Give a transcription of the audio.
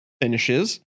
finishes